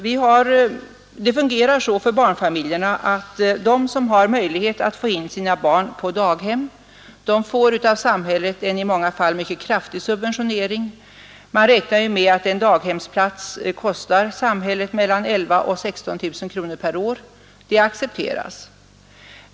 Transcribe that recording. Systemet fungerar så för barnfamiljerna att de som har möjlighet att få in sina barn på daghem får av samhället en i många fall mycket kraftig subventionering. Man räknar med att en daghemsplats kostar samhället mellan 11 000 och 16 000 kronor per år, och det accepteras.